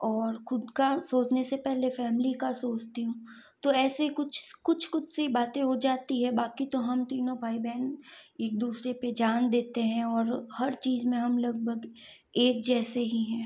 और खुद का सोचने से पहले फ़ैमली का सोचती हूँ तो ऐसे ही कुछ कुछ कुछ सी बातें हो जाती हैं बाकी तो हम तीनों भाई बहन एक दूसरे पे जान देते हैं और हर चीज़ में हम लगभग एक जैसे ही हैं